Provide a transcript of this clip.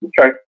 Okay